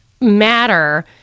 matter